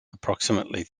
approximately